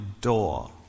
door